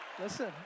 Listen